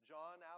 John